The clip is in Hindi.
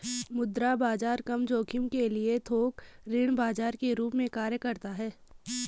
मुद्रा बाजार कम जोखिम के लिए थोक ऋण बाजार के रूप में कार्य करता हैं